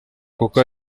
kuko